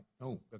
no